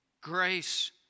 grace